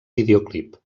videoclip